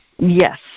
Yes